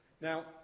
Now